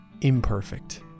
imperfect